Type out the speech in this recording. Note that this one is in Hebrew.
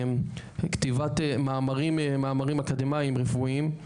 כתיבת מאמרים אקדמאיים רפואיים,